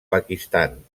pakistan